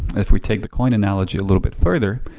if we take the coin analogy a little bit further,